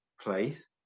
place